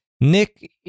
Nick